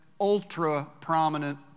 ultra-prominent